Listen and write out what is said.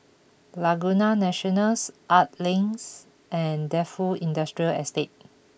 Laguna Nationals Art Links and Defu Industrial Estate